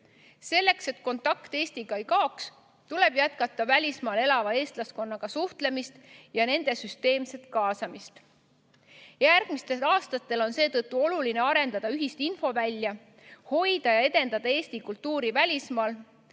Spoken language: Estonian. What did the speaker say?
Selleks, et kontakt Eestiga ei kaoks, tuleb jätkata välismaal elava eestlaskonnaga suhtlemist ja eestlaste süsteemset kaasamist. Järgmistel aastatel on seetõttu oluline arendada ühist infovälja, hoida ja edendada eesti kultuuri välismaal,